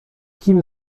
kim